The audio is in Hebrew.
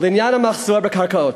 לעניין המחסור בקרקעות,